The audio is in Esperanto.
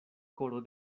koro